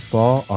Fall